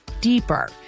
deeper